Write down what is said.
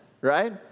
right